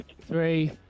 three